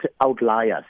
outliers